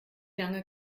lange